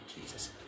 Jesus